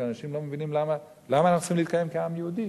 כי אנשים לא מבינים למה אנחנו צריכים להתקיים כעם יהודי,